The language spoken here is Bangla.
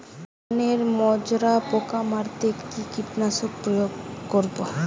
ধানের মাজরা পোকা মারতে কি কীটনাশক প্রয়োগ করব?